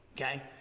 Okay